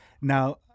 Now